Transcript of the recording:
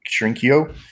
Shrinkio